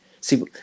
See